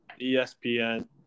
ESPN